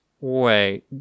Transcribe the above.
wait